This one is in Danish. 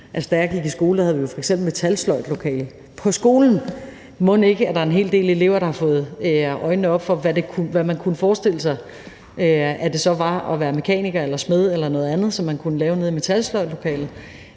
da jeg gik i skole, havde vi f.eks. et metalsløjdlokale – på skolen! Mon ikke, at der er en hel del elever, der har fået øjnene op for, hvad man kunne forestille sig, at det så var at være mekaniker eller smed eller noget andet, i forhold til hvad man kunne lave nede i metalsløjdlokalet.